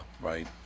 right